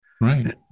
Right